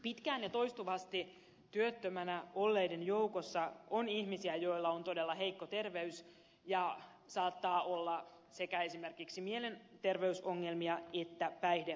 pitkään ja toistuvasti työttömänä olleiden joukossa on ihmisiä joilla on todella heikko terveys ja saattaa olla sekä esimerkiksi mielenterveysongelmia että päihdeongelmia